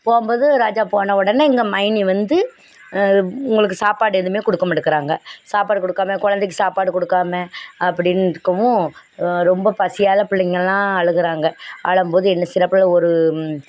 போகும்போது ராஜா போன உடனே இங்கே மைனி வந்து இவங்களுக்கு சாப்பாடு எதுவுமே கொடுக்க மாட்டுக்கிறாங்க சாப்பாடு கொடுக்காம குலந்தைக்கு சாப்பாடு கொடுக்காம அப்படின்னு இருக்கவும் ரொம்ப பசியால் பிள்ளைங்கெல்லாம் அழுகுறாங்க அழும்போது என்ன செய்யறாப்புல ஒரு